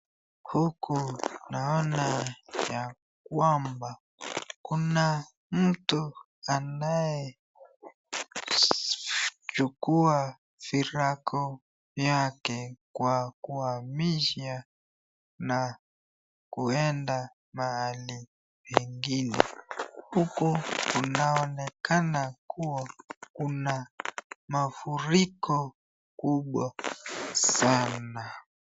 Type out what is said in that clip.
Huku naona ya kwamba kuna mtu anayechukua virako vyake kwa kuamisha na kuenda mahali ingine. Huku inaonekana kuwa kuna mafuriko kubwa sana.